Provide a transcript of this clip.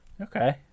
Okay